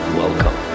welcome